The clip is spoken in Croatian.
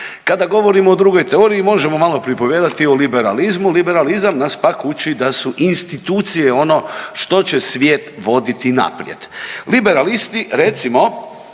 Kada govorimo o drugoj teoriji možemo malo pripovijedati o liberalizmu. Liberalizam nas pak uči da su institucije ono što će svijet voditi naprijed. Liberalisti recimo